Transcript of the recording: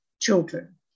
children